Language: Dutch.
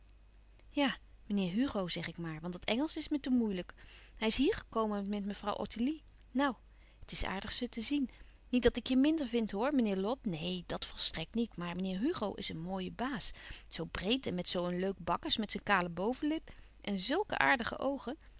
ja meneer hugo zeg ik maar want dat engelsch is me te moeilijk hij is hier gekomen met mevrouw ottilie nou het is aardig ze te zien niet dat ik je minder vind hoor meneer lot neen dàt volstrekt niet maar meneer hugo is een mooie baas zoo breed en met zoo een leuk bakkes met zijn kale bovenlip en zùlke aardige oogen